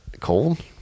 cold